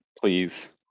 Please